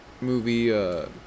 movie